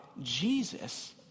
Jesus